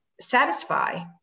satisfy